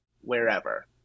wherever